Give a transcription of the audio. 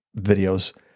videos